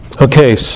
Okay